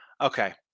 Okay